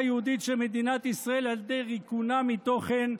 היהודית של מדינת ישראל על ידי ריקונה מתוכן,